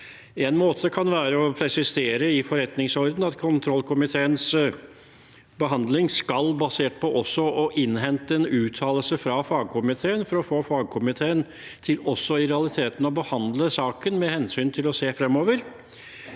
En måte kan være å presisere i forretningsordenen at kontrollkomiteens behandling skal være basert på også å innhente en uttalelse fra fagkomiteen, for å få fagkomiteen til også i realiteten å behandle saken med hensyn til å se fremover.